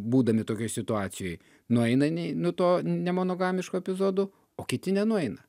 būdami tokioj situacijoj nueina nei nu tuo nemonogamišku epizodu o kiti nenueina